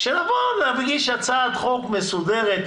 - שנוכל להגיש הצעת החוק מסודרת,